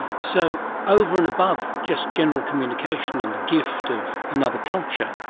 so over and above just general communication and the gift of another culture,